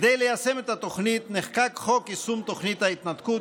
כדי ליישם את התוכנית נחקק חוק יישום תוכנית ההתנתקות,